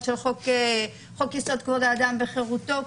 של חוק-יסוד: כבוד האדם וחירותו,